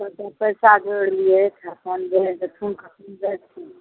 सबटा पैसा जोड़ि लिहथि अपन जे जाइ छी